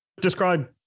Describe